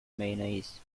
mayonnaise